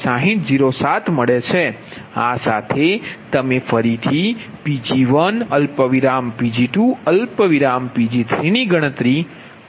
6007 આ સાથે તમે ફરીથી Pg1 Pg2 Pg3ગણતરી કરો